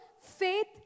faith